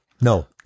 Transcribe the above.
No